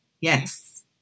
Yes